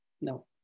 no